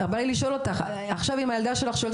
בא לי לשאול אותך עכשיו אם הילדה שלך שואלת